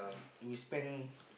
we spend